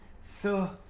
Sir